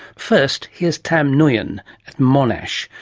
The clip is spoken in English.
first, here's tam nguyen at monash,